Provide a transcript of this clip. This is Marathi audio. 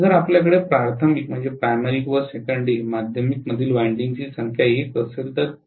जर आपल्याकडे प्राथमिक व माध्यमिकमधील वायंडिंगची संख्या 1 असेल तर 1 आहे